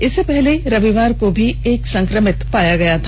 इससे पहले रविवार को भी एक संक्रमित पाया गया था